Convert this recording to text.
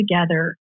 together